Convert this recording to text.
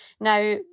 Now